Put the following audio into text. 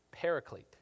Paraclete